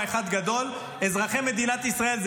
לא, רק מה תקציב המשרד?